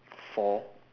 fall